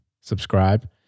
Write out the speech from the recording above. subscribe